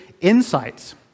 insights